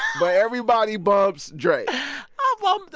but everybody bumps drake well,